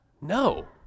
No